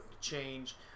change